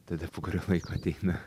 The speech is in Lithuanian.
tai dar po kurio laiko ateina